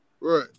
right